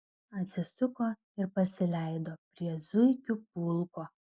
atsisuko ir pasileido prie zuikių pulko